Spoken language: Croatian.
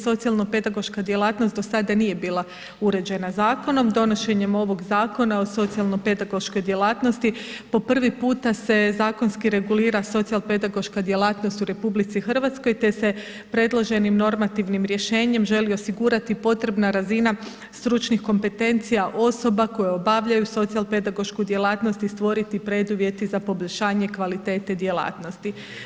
Socijalnopedagoška djelatnost do sada nije bila uređena zakonom, donošenjem ovoga Zakona o socijalnopedagoškoj djelatnosti po prvi puta se zakonski regulira socijalpedagoška djelatnost u RH te se predloženim normativnim rješenjem želi osigurati potrebna razina stručnih kompetencija osoba koje obavljaju socijalpedagošku djelatnost i stvoriti preduvjeti za poboljšanje kvalitete djelatnosti.